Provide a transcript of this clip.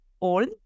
old